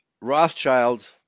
Rothschild